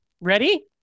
Ready